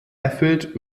erfüllt